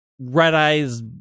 Red-Eyes